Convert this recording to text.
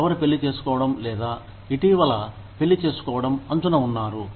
ఎవరు పెళ్లి చేసుకోవడం లేదా ఇటీవల పెళ్లి చేసుకోవడం అంచున ఉన్నారు